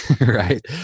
right